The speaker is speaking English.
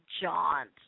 jaunt